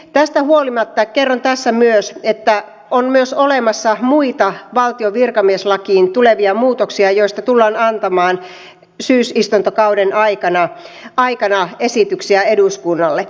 tästä huolimatta kerron tässä myös että on olemassa myös muita valtion virkamieslakiin tulevia muutoksia joista tullaan antamaan syysistuntokauden aikana esityksiä eduskunnalle